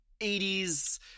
80s